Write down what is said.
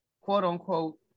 quote-unquote